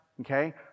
Okay